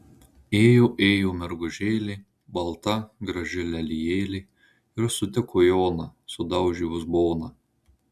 ėjo ėjo mergužėlė balta graži lelijėlė ir sutiko joną sudaužė uzboną